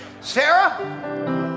Sarah